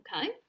okay